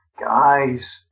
Guys